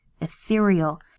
ethereal